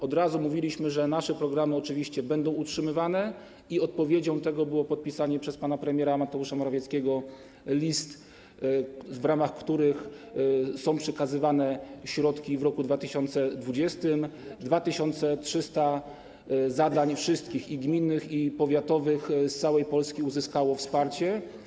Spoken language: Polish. Od razu mówiliśmy, że nasze programy oczywiście będą utrzymywane i odpowiedzią na to było podpisanie przez pana premiera Mateusza Morawieckiego list, w ramach których są przekazywane środki w 2020 r. 2300 zadań wszystkich, i gminnych i powiatowych, z całej Polski uzyskało wsparcie.